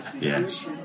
Yes